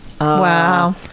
wow